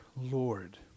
Lord